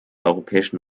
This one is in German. europäischen